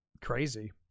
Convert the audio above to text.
crazy